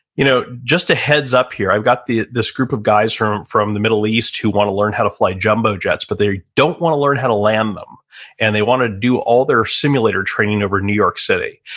you know just a heads up here, i've got this group of guys from, from the middle east who want to learn how to fly jumbo jets, but they don't want to learn how to land them and they want to do all their simulator training over new york city.